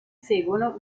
seguono